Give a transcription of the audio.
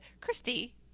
christy